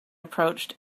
approached